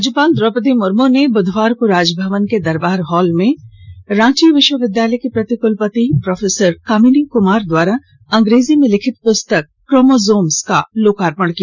राज्यपाल द्रौपदी मुर्मू ने बुधवार को राजभवन के दरबार हॉल में रांची विश्वविद्यालय की प्रति कुलपति प्रो कामिनी कुमार द्वारा अंग्रेजी में लिखित पुस्तक क्रोमोजोम्स का लोकार्पण किया